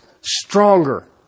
stronger